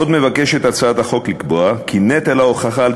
עוד מבקשת הצעת החוק לקבוע כי נטל ההוכחה בדבר